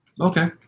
Okay